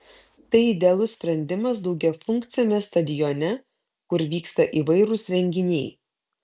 tai idealus sprendimas daugiafunkciame stadione kur vyksta įvairūs renginiai